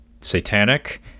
satanic